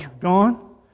gone